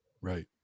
Right